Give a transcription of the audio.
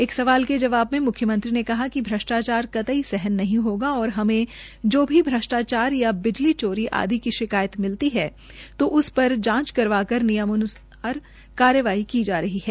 एक सवाल के जवाब मे मुख्यमंत्री ने कहा कि भ्रष्टाचार कतई सहन नहीं होगा और हमें जो भी भ्रष्टाचार या बिजली चोरी आदि की शिकायत मिलती है तो उस पर जांच करवाकर नियमानुसार कार्यवाही की जा रही है